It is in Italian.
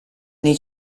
nei